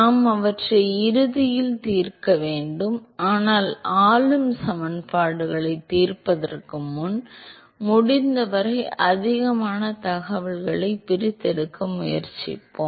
நாம் அவற்றை இறுதியில் தீர்க்க வேண்டும் ஆனால் ஆளும் சமன்பாடுகளைத் தீர்ப்பதற்கு முன் முடிந்தவரை அதிகமான தகவல்களைப் பிரித்தெடுக்க முயற்சிப்போம்